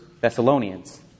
Thessalonians